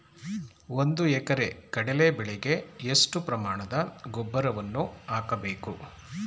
ಒಂದು ಎಕರೆ ಕಡಲೆ ಬೆಳೆಗೆ ಎಷ್ಟು ಪ್ರಮಾಣದ ಗೊಬ್ಬರವನ್ನು ಹಾಕಬೇಕು?